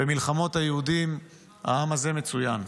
במלחמות היהודים העם הזה מצוין.